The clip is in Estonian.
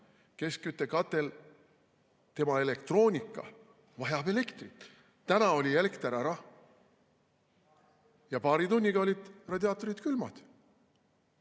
Keskküttekatla elektroonika vajab elektrit. Täna oli elekter ära ja paari tunniga olid radiaatorid külmad.